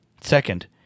Second